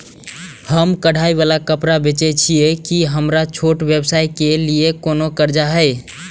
हम कढ़ाई वाला कपड़ा बेचय छिये, की हमर छोटा व्यवसाय के लिये कोनो कर्जा है?